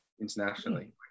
internationally